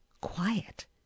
quiet